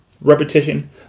repetition